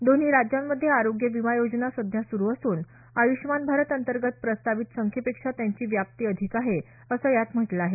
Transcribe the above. दोन्ही राज्यांमध्ये आरोग्य विमा योजना सध्या सुरु असून आय्ष्मान भारत अंतर्गत प्रस्तावित संख्येपेक्षा त्यांची व्याप्ती अधिक आहे असं यात म्हटलं आहे